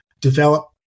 develop